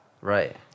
right